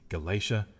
Galatia